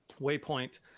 Waypoint